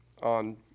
on